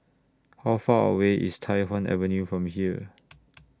How Far away IS Tai Hwan Avenue from here